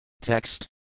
Text